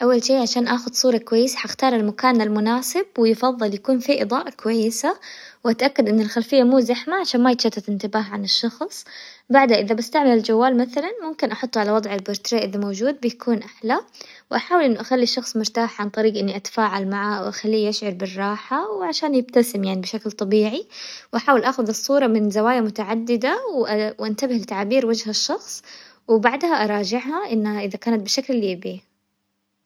اول شي عشان اخذ صورة كويس حختار المكان المناسب ويفضل يكون في اضاءة كويسة، واتأكد ان الخلفية مو زحمة عشان ما يتشتت انتباه عن الشخص، بعدها اذا بستعمل الجوال مثلا ممكن احطه على وضع البورتريه اللي موجود بيكون احلى، واحاول انه اخلي الشخص مرتاح عن طريق اني اتفاعل معه او اخليه يشعر بالراحة وعشان يبتسم يعني بشكل طبيعي، واحاول اخذ الصورة من زوايا متعددة، وانتبه لتعبير وجه الشخص، وبعدها اراجعها انها اذا كانت بالشكل اللي يبيه.